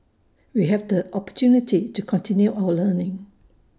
we have the opportunity to continue our learning